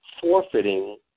forfeiting